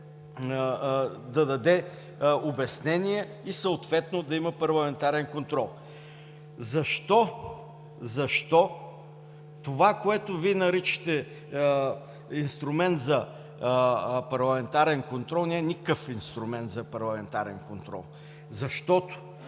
да даде обяснения и съответно да има парламентарен контрол. Защо това, което Вие наричате „инструмент за парламентарен контрол“, не е никакъв инструмент за парламентарен контрол?